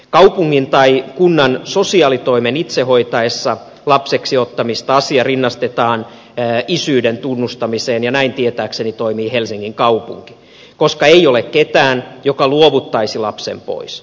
kaupungin tai kunnan sosiaalitoimen itse hoitaessa lapseksiottamista asia rinnastetaan isyyden tunnustamiseen ja näin tietääkseni toimii helsingin kaupunki koska ei ole ketään joka luovuttaisi lapsen pois